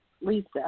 Lisa